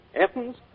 Athens